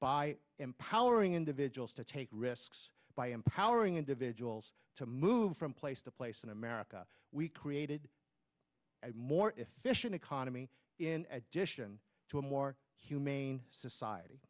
by empowering individuals to take risks by empowering individuals to move from place to place in america we created a more efficient economy in addition to a more humane society